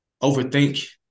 overthink